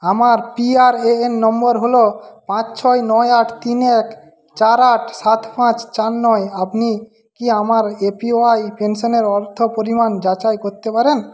আমার P R A N নম্বর হলো পাঁচ ছয় নয় আট তিন এক চার আট সাত পাঁচ চার নয় আপনি কি আমার এ পি ওয়াই পেনশনের অর্থ পরিমাণ যাচাই করতে পারেন